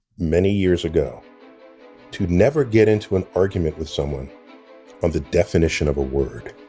many years ago to never get into an argument with someone on the definition of a word.